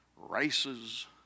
races